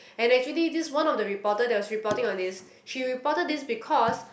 and actually this one of the reporter that was reporting on this she reported this because